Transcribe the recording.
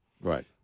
Right